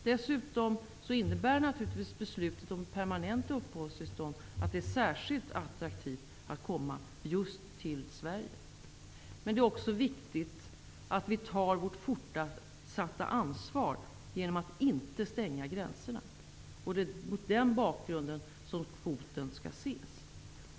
Dessutom innebär naturligtvis beslutet om permanent uppehållstillstånd att det är särskilt attraktivt att komma just till Sverige. Det är också viktigt att vi tar vårt fortsatta ansvar genom att inte stänga gränserna. Det är mot den bakgrunden som kvoten skall ses.